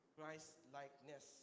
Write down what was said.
Christ-likeness